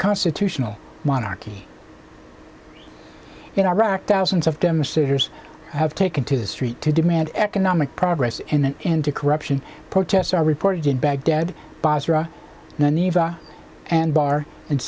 constitutional monarchy in iraq thousands of demonstrators have taken to the street to demand economic progress and to corruption protests are reported in baghdad basra and bar and